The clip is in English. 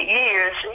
years